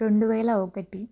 రెండు వేల ఒకటి